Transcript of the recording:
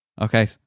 Okay